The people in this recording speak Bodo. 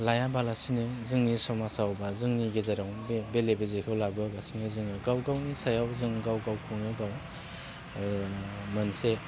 लायाबालासिनो जोंनि समाजाव बा जोंनि गेजेराव बे बेले बेजेखौ लाबोगासिनो जोङो गाव गावनि सायाव जों गाव गावखौनो गाव मोनसे